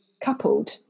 coupled